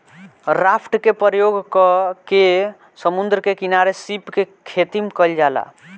raft के प्रयोग क के समुंद्र के किनारे सीप के खेतीम कईल जाला